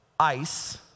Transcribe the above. ice